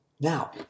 Now